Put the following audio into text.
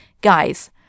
guys